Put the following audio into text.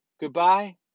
goodbye